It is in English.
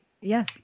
Yes